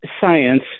science